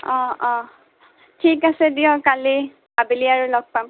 অঁ অঁ ঠিক আছে দিয়ক কালি আবেলি আৰু লগ পাম